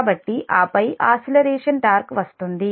కాబట్టి ఆపై accelerating torque వస్తుంది